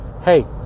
hey